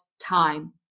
time